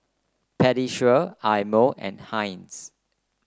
Pediasure Eye Mo and Heinz